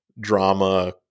drama